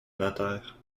notaire